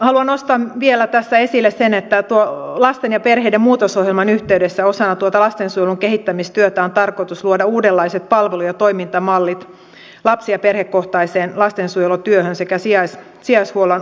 haluan nostaa vielä tässä esille sen että lasten ja perheiden muutosohjelman yhteydessä osana lastensuojelun kehittämistyötä on tarkoitus luoda uudenlaiset palvelu ja toimintamallit lapsi ja perhekohtaiseen lastensuojelutyöhön sekä sijaishuollon ohjaukseen ja valvontaan